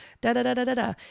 da-da-da-da-da-da